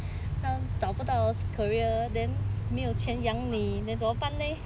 他找不到 career then 没有养你 then 这么办 leh